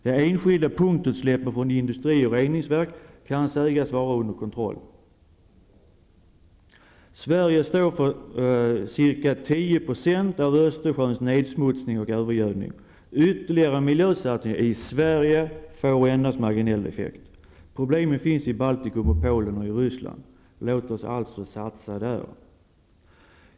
De enskilda punktutsläppen från industri och reningsverk kan sägas vara under kontroll. Sverige står för ca 10 % Ytterligare miljösatsningar i Sverige får endast marginell effekt. Problemen finns i Baltikum, Polen och Ryssland. Låt oss alltså satsa där.